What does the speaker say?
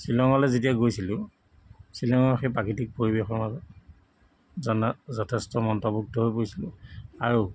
শ্বিলঙলৈ যেতিয়া গৈছিলো শ্বিলঙৰ সেই প্ৰাকৃতিক পৰিৱেশৰ জন যথেষ্ট মন্ত্ৰমুগ্ধ হৈ পৰিছিলো আৰু